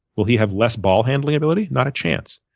will he have less ball handling ability? not a chance.